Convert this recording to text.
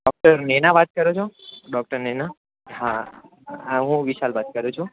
doctor Naina વાત કરો છો ડોક્ટર નૈના હા હા હું વિશાલ વાત કરું છું